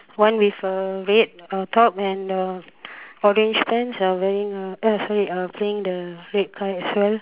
one with a red uh top and uh orange pants uh wearing a uh sorry playing the red kite as well